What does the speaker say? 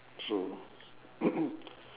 true